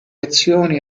azioni